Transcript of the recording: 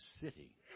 city